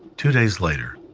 two days later,